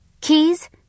Keys